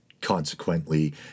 consequently